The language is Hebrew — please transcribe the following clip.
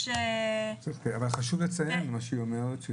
אבל חשוב לציין מה שהיא אומרת,